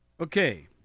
Okay